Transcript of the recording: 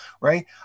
right